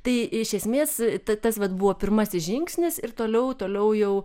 tai iš esmės tai tas vat buvo pirmasis žingsnis ir toliau toliau jau